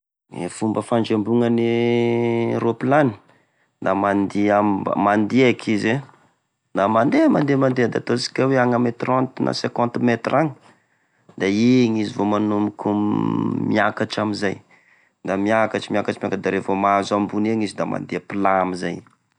E fomba fandrembognane roaplany na mandeha, mandeha eky izy e! Da mandeha mandeha da ataontsika ame trente na cinquante metre agny, da igny izy vao magnomboky miakatra amizay, da miakatry miakatry miakatry da revô mahazo ambony egny izy, da mandeha plat amizay.